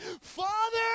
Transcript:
Father